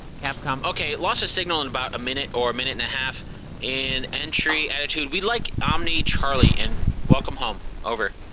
capcom okay. loss of signal in about a minute or minute and a half in entry attitude, we'd like omni charlie, and welcome home. over.